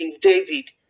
david